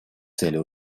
цели